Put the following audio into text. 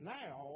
now